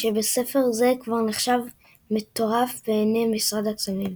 שבספר זה כבר נחשב מטורף בעיני משרד הקסמים.